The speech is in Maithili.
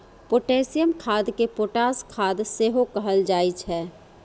पोटेशियम खाद कें पोटाश खाद सेहो कहल जाइ छै